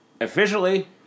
officially